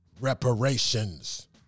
reparations